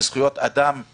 חבר הכנסת אוסאמה סעדי, בקשה.